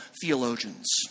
theologians